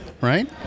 right